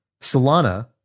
Solana